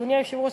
אדוני היושב-ראש,